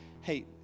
hey